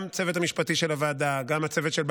גם הצוות המשפטי של הוועדה,